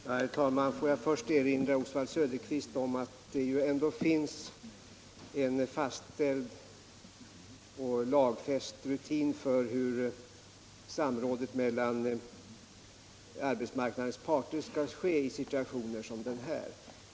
Herr talman! Får jag först erinra Oswald Söderqvist om att det ändå finns en fastställd och lagfäst rutin för hur samarbetet mellan arbetsmarknadens parter skall gå till i situationer som den här.